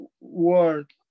word